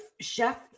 chef